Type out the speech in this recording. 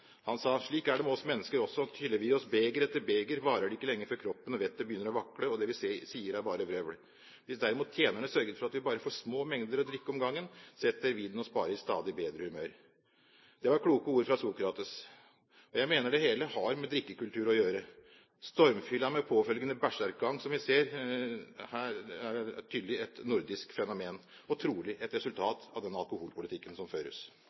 Han sa: Slik er det med oss mennesker også. Tyller vi i oss beger etter beger, varer det ikke lenge før kroppen og vettet begynner å vakle, og det vi sier er bare vrøvl. Hvis derimot tjenerne sørger for at vi bare får små mengder å drikke om gangen, setter vinen oss bare i stadig bedre humør. Det var kloke ord fra Sokrates. Jeg mener det hele har med drikkekultur å gjøre. Stormfylla, med påfølgende berserkgang, er tydelig et nordisk fenomen og trolig et resultat av den alkoholpolitikken som føres.